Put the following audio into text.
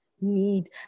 need